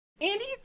Andy's